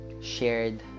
shared